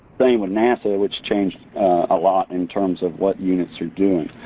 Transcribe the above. anyway, nasa, which changed a lot in terms of what units are doing.